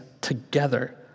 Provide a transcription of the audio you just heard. together